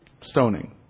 stoning